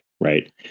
right